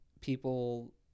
people